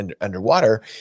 underwater